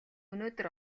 өнөөдөр